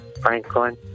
Franklin